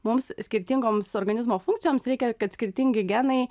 mums skirtingoms organizmo funkcijoms reikia kad skirtingi genai